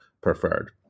preferred